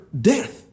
death